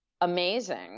amazing